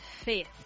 faith